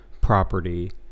property